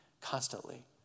constantly